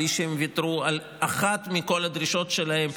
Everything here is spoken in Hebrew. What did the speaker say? בלי שהם ויתרו על אחת מכל הדרישות שלהם,